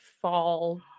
fall